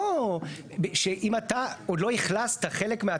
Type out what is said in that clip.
לא שאם אתה עוד לא אכלסת חלק.